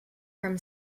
from